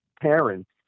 parents